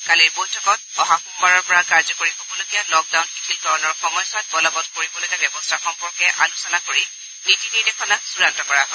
কালিৰ বৈঠকত অহা সোমবাৰৰ পৰা কাৰ্যকৰী হবলগীয়া লকডাউন শিথিলকৰণৰ সময়ছোৱাত বলৱৎ কৰিবলগীয়া ব্যৱস্থা সম্পৰ্কে আলোচনা কৰি নীতি নিৰ্দেশনা চূড়ান্ত কৰা হয়